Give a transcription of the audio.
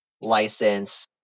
license